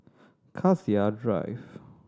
Cassia Drive